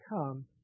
come